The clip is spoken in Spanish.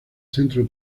centro